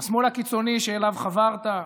השמאל הקיצוני שאליו חברת,